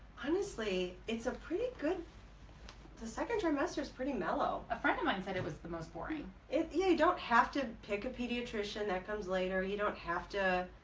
honestly it's a pretty good the second trimester is pretty mellow. a friend of mine said it was the most boring. you don't have to pick a pediatrician that comes later you don't have to